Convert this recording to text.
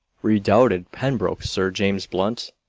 redoubted pembroke, sir james blunt,